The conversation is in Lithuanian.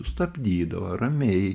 sustabdydavo ramiai